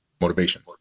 motivation